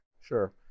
Sure